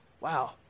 wow